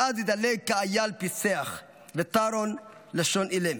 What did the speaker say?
--- אז ידלג כאיל פסח ותרֹן לשון אלם